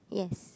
yes